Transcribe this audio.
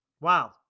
Wow